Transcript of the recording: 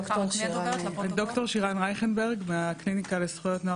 ד"ר שירן רייכנברג מהקליניקה לזכויות נוער